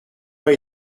pas